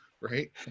right